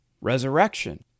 Resurrection